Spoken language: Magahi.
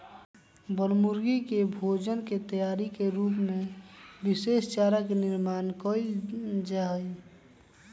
बनमुर्गी के भोजन के तैयारी के रूप में विशेष चारा के निर्माण कइल जाहई